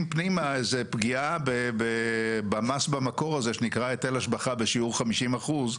פנימה איזו פגיעה במס במקור הזה שנקרא היטל השבחה בשיעור 50 אחוז,